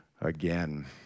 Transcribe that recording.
again